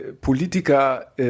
Politiker